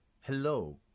hello